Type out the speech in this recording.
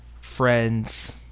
friends